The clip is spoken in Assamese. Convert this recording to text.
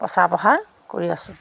প্ৰচাৰ প্ৰসাৰ কৰি আছোঁ